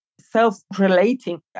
self-relating